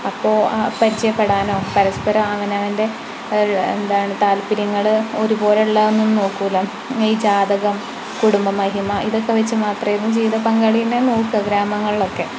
അപ്പോൾ പരിചയപ്പെടാനോ പരസ്പരം അവനവൻ്റെ എന്താണ് താല്പര്യങ്ങൾ ഒരുപോലെയുള്ളതോന്നും നോക്കുകയില്ല ഈ ജാതകം കുടുംബ മഹിമ ഇതൊക്കെ വച്ച് മാത്രമെ ജീവിതപങ്കാളിനെ നോക്കുക ഗ്രാമങ്ങളിലൊക്കെ